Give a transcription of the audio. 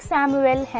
Samuel